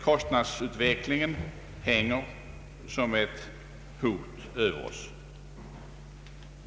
Kostnadsutvecklingen hänger som ett hot över den svenska ekonomin.